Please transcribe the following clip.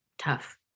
tough